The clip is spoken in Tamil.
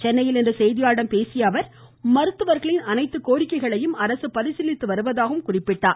சென்னையில் இன்று செய்தியாளர்களிடம் பேசிய அவர் மருத்துவர்களின் அனைத்து கோரிக்கைகளையும் அரசு பரிசீலித்து வருவதாக குறிப்பிட்டார்